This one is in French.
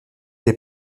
est